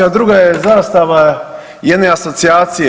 A druga je zastava jedne asocijacije.